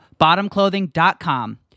bottomclothing.com